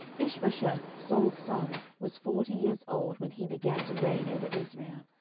ishbosheth saul's son was forty years old when he began to reign over israel,